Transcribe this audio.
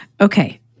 Okay